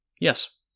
Yes